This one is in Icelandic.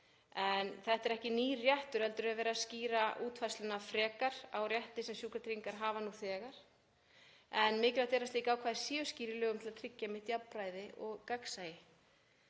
Þetta er ekki nýr réttur heldur er verið að skýra útfærsluna frekar á rétti sem sjúkratryggingar hafa nú þegar. En mikilvægt er að slík ákvæði séu skýr í lögum til að tryggja einmitt jafnræði og gagnsæi.